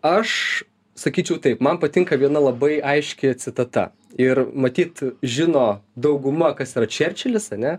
aš sakyčiau taip man patinka viena labai aiški citata ir matyt žino dauguma kas yra čerčilis ane